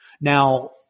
Now